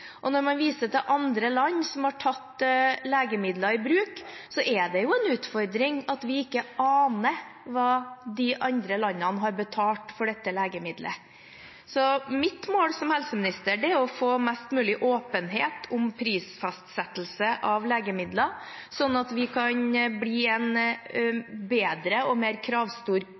Når man viser til andre land som har tatt legemidler i bruk, er det en utfordring at vi ikke aner hva de andre landene har betalt for dette legemiddelet. Mitt mål som helseminister er å få mest mulig åpenhet om prisfastsettelse av legemidler, sånn at vi kan bli en bedre og mer kravstor